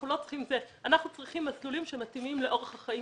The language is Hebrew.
אנחנו צריכים מסלולים שמתאימים לאורח החיים